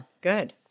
Good